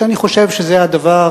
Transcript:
ואני חושב שהדבר,